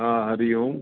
हा हरि ओम